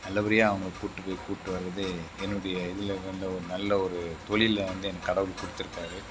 நல்லபடியாக அவங்கள கூப்பிட்டு போய் கூப்பிட்டு வரது என்னுடைய இதில் நல்ல ஒரு நல்ல ஒரு தொழிலில் வந்து எனக்கு கடவுள் கொடுத்துருக்காரு